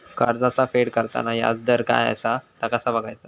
कर्जाचा फेड करताना याजदर काय असा ता कसा बगायचा?